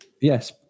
Yes